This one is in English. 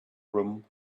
room